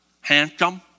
Handsome